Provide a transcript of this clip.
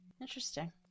Interesting